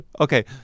Okay